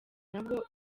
nabwo